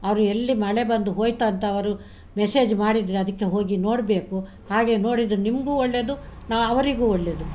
ಅವರು ಎಲ್ಲಿ ಮಳೆ ಬಂದು ಹೋಯ್ತಂತ ಅವರು ಮೆಸೇಜ್ ಮಾಡಿದರೆ ಅದಕ್ಕೆ ಹೋಗಿ ನೋಡಬೇಕು ಹಾಗೆ ನೋಡಿದರೆ ನಿಮಗೂ ಒಳ್ಳೆಯದು ನಾ ಅವರಿಗೂ ಒಳ್ಳೆಯದು